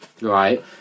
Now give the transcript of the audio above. Right